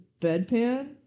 bedpan